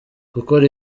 gukora